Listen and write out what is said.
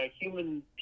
human